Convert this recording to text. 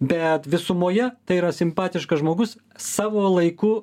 bet visumoje tai yra simpatiškas žmogus savo laiku